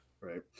right